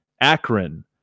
Akron